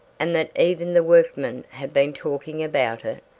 and that even the workmen have been talking about it,